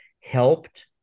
helped